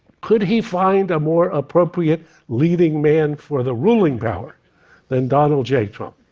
could he find a more appropriate leading man for the ruling power than donald j trump?